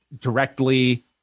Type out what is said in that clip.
directly